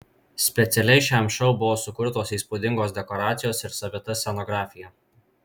specialiai šiam šou buvo sukurtos įspūdingos dekoracijos ir savita scenografija